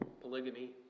polygamy